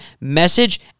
message